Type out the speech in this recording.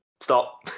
Stop